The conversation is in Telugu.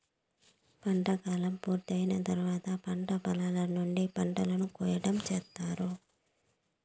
పంట కాలం పూర్తి అయిన తర్వాత పంట పొలాల నుంచి పంటను కోయటం చేత్తారు